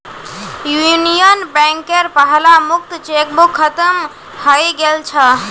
union बैंकेर पहला मुक्त चेकबुक खत्म हइ गेल छ